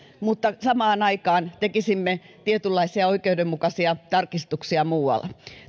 mutta samaan aikaan tekisimme tietynlaisia oikeudenmukaisia tarkistuksia muualla